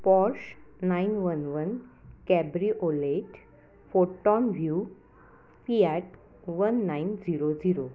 Porsche nine one one cabriolet photon view Fiat one nine zero zero